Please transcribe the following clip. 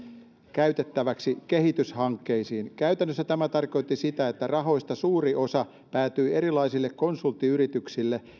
käytettäväksi kehityshankkeisiin käytännössä tämä tarkoitti sitä että rahoista suuri osa päätyi erilaisille konsulttiyrityksille